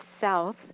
south